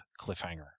cliffhanger